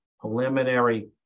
preliminary